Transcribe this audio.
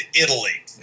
Italy